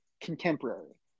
contemporary